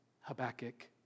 Habakkuk